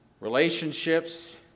Relationships